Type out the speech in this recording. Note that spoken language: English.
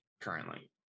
currently